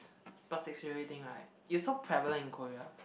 plastic surgery thing right is so prevalent in Korea